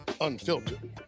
Unfiltered